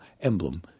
emblem